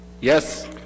Yes